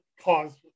cause